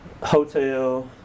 hotel